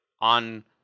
on